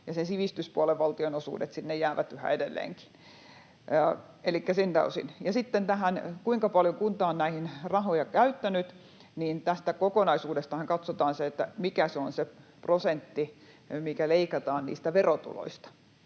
ne sivistyspuolen valtionosuudet sinne jäävät yhä edelleenkin. Elikkä siltä osin. Sitten tähän, että kuinka paljon kunta on näihin rahoja käyttänyt: Tästä kokonaisuudestahan katsotaan se, mikä on se prosentti, mikä leikataan niistä verotuloista.